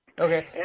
Okay